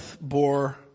bore